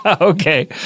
okay